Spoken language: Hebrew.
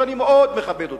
שאני מאוד מכבד אותו,